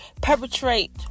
perpetrate